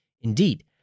Indeed